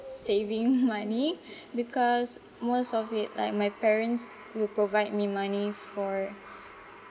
saving money because most of it like my parents will provide me money for